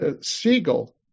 Siegel